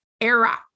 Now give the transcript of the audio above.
era